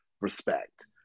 respect